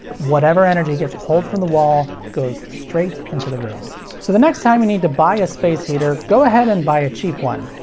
whatever energy gets pulled from the wall goes straight into the room. so, the next time you need to buy a space heater, go ahead and buy a cheap one.